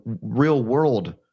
real-world